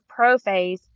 prophase